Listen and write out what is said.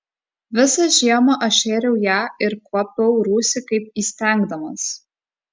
visą žiemą aš šėriau ją ir kuopiau rūsį kaip įstengdamas